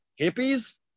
hippies